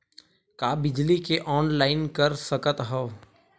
का बिजली के ऑनलाइन कर सकत हव?